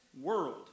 world